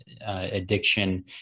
addiction